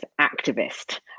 activist